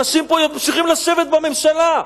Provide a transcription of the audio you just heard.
אנשים פה ממשיכים לשבת בממשלה.